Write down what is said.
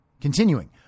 Continuing